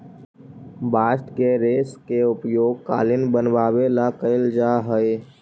bast के रेश के उपयोग कालीन बनवावे ला कैल जा हई